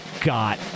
got